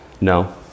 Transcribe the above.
no